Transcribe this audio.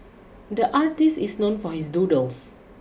the artist is known for his doodles